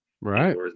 Right